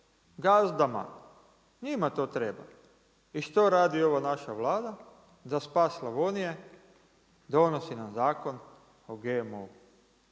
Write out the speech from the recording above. gazdama njima to treba. I što radi ova naša Vlada za spas Slavonije? Donosi nam zakon o GMO-u,